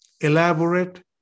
elaborate